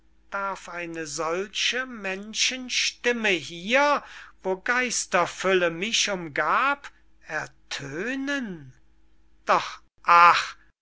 darf eine solche menschenstimme hier wo geisterfülle mich umgab ertönen doch ach